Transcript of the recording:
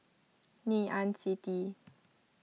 Ngee Ann City